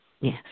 Yes